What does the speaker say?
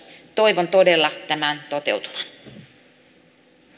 toivon todella tämän toteutuvan